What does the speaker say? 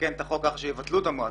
לתקן את החוק כך שיבטלו את המועצה.